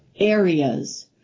areas